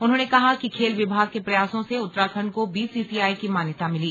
उन्होंने कहा कि खेल विभाग के प्रयासों से उत्तराखण्ड को बीसीसीआई की मान्यता मिली